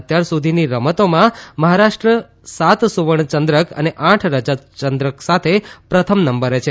અત્યાર સુધીની રમતોમાં મહારાષ્ટ્ર સાત સુવર્ણ ચંદ્રક અને આઠ રજત ચંદ્રક સાથે પ્રથમ નંબરે છે